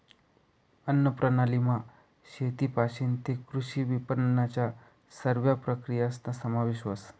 अन्नप्रणालीमा शेतपाशीन तै कृषी विपनननन्या सरव्या प्रक्रियासना समावेश व्हस